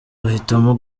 bahitamo